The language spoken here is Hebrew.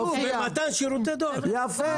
יפה.